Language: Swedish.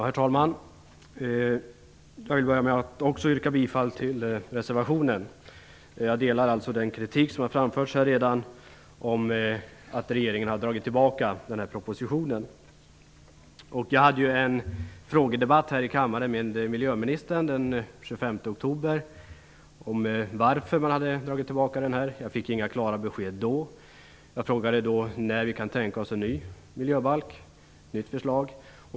Herr talman! Jag vill börja med att också yrka bifall till reservationen. Jag delar alltså den kritik som redan har framförts mot regeringens tillbakadragande av propositionen. Jag deltog i en frågedebatt här i kammaren med miljöministern den 25 oktober om varför regeringen dragit tillbaka propositionen men fick inga klara besked. Jag frågade då om när vi kan tänka oss en ny miljöbalk.